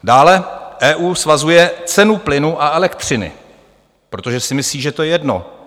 Dále EU svazuje cenu plynu a elektřiny, protože si myslí, že to je jedno.